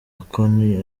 akoni